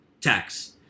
tax